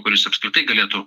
kuris apskritai galėtų